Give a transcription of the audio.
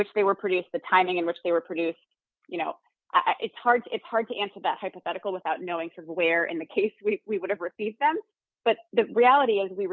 which they were produced the timing in which they were produced you know i it's hard it's hard to answer that hypothetical without knowing where in the case we would have received them but the reality